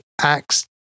acts